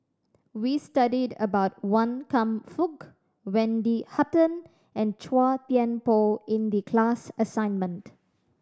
we studied about Wan Kam Fook Wendy Hutton and Chua Thian Poh in the class assignment